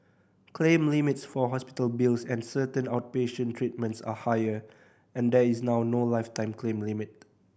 claim limits for hospital bills and certain outpatient treatments are higher and there is now no lifetime claim limit